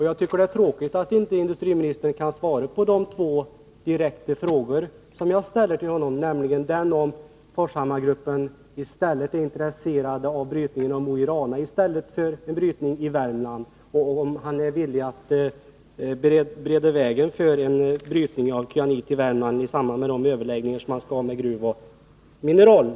Jag tycker att det är tråkigt att inte industriministern kan svara på de två direkta frågor jag ställde till honom, nämligen om Forshammargruppen är intresserad av brytning i Mo i Rana i stället för i Värmland, och om han i samband med de överläggningar han skall ha med gruvoch mineralföretagen är villig att bereda vägen för en brytning av kyanit i Värmland.